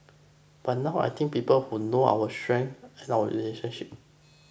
but now I think people who know our strength and our relationship